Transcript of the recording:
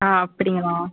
ஆ அப்படிங்களா